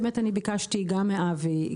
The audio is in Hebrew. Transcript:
אני ביקשתי גם מאבי,